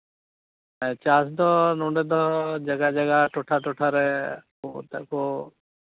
ᱦᱮᱸ ᱪᱟᱥ ᱫᱚ ᱱᱚᱸᱰᱮ ᱫᱚ ᱡᱟᱭᱜᱟ ᱡᱟᱭᱜᱟ ᱴᱚᱴᱷᱟ ᱴᱚᱴᱷᱟ ᱨᱮ ᱪᱟᱥ ᱟᱠᱚ